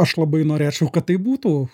aš labai norėčiau kad taip būtų